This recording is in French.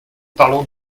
parlons